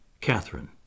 Catherine